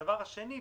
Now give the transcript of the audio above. ודבר שני,